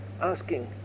asking